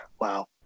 Wow